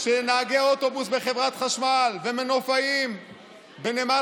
שנהגי אוטובוס בחברת חשמל ומנופאים בנמל